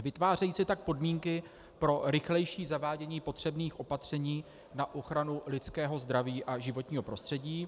Vytvářejí se tak podmínky pro rychlejší zavádění potřebných opatření na ochranu lidského zdraví a životního prostředí.